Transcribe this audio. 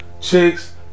chicks